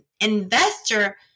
investor